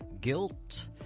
guilt